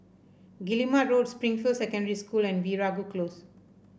Guillemard Road Springfield Secondary School and Veeragoo Close